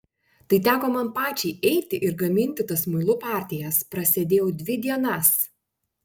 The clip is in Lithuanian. tai teko man pačiai eiti ir gaminti tas muilų partijas prasėdėjau dvi dienas